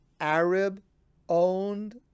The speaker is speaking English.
Arab-owned